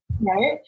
right